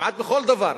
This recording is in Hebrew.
כמעט בכל דבר,